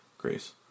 Grace